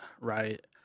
right